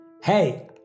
Hey